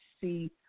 see